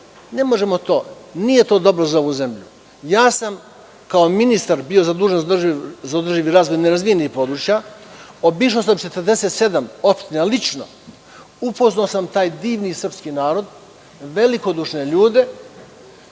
ne možemo, to nije dobro za ovu zemlju. Kao ministar bio sam zadužen za održiv razvoj nerazvijenih područja. Lično sam obišao 47 opština, upoznao sam taj divni srpski narod, velikodušne ljude